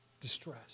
distress